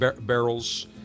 barrels